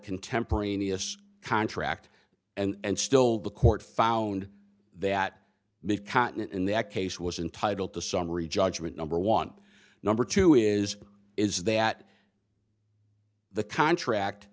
contemporaneous contract and still the court found that big continent in that case was entitle to summary judgment number one number two is is that the contract